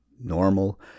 normal